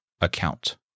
account